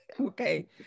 Okay